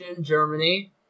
Germany